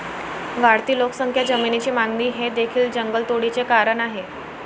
वाढती लोकसंख्या, जमिनीची मागणी हे देखील जंगलतोडीचे कारण आहे